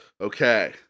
Okay